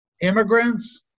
immigrants